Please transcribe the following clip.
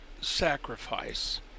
sacrifice